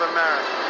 America